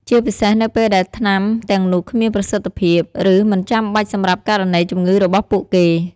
ជាពិសេសនៅពេលដែលថ្នាំទាំងនោះគ្មានប្រសិទ្ធភាព ឬមិនចាំបាច់សម្រាប់ករណីជំងឺរបស់ពួកគេ។